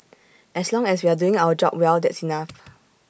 as long as we're doing our job well that's enough